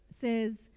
Says